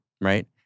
right